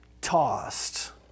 tossed